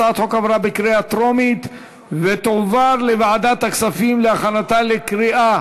הצעת החוק עברה בקריאה טרומית ותועבר לוועדת הכספים להכנתה לקריאה,